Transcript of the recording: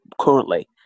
currently